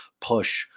push